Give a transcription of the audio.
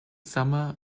summer